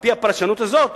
על-פי הפרשנות הזו,